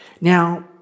Now